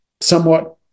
somewhat